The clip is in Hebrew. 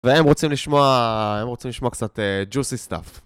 והם רוצים לשמוע... הם רוצים לשמוע קצת juicy stuff.